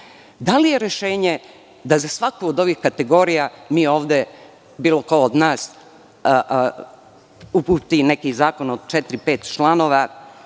Da li je rešenje da za svaku od ovih kategorija mi ovde, bilo ko od nas, uputi neki zakon od četiri,